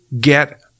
get